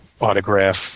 autograph